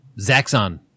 Zaxxon